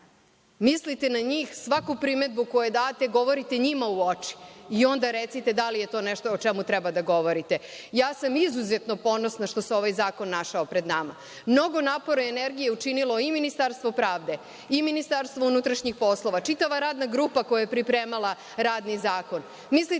Mislite na njih, svaku primedbu koju date govorite njima u oči i onda recite da li je to nešto o čemu treba da govorite. Ja sam izuzetno ponosno što se ovaj zakon našao pred nama. Mnogo napora i energije je učinilo i Ministarstvo pravde i MUP, čitava radna grupa koja je pripremala radni zakon.